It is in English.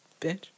Bitch